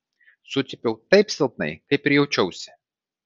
sucypiau taip silpnai kaip ir jaučiausi